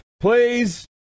please